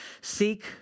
Seek